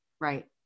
Right